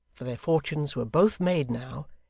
for their fortunes were both made now,